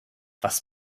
was